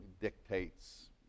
dictates